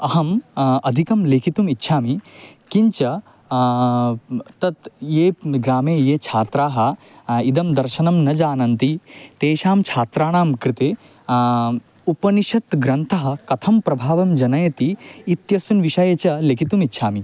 अहम् अधिकं लेखितुम् इच्छामि किञ्च तत् ये ग्रामे ये छात्राः इदं दर्शनं न जानन्ति तेषां छात्राणां कृते उपनिषत् ग्रन्थः कथं प्रभावं जनयति इत्यस्मिन् विषये च लिखितुमिच्छामि